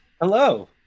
Hello